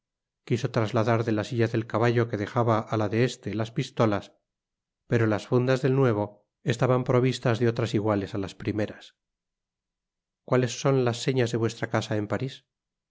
quiso trasladar de la silla del caballo que dejaba á la de este las pistolas pero las fundas del nuevo estaban provistas de otras iguales á las primeras cuales son las señas de vuestra casa en paris